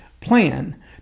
plan